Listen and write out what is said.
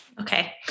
Okay